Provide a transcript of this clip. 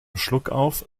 schluckauf